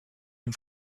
dem